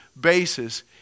basis